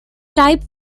type